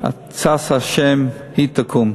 עצת השם היא תקום.